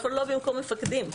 אנחנו לא במקום מפקדים.